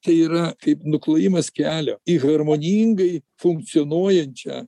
tai yra kaip nuklojimas kelio į harmoningai funkcionuojančią